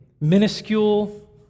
minuscule